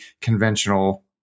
conventional